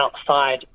outside